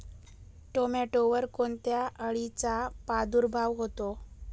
टोमॅटोवर कोणत्या अळीचा प्रादुर्भाव होतो?